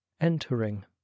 entering